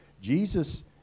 Jesus